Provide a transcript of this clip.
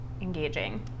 engaging